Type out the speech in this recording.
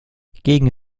gegen